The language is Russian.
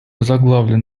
озаглавлен